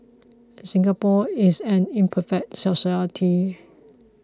Singapore is an imperfect society